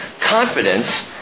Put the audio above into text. confidence